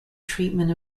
treatment